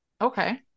Okay